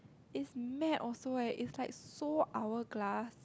is mad also eh is like so hourglass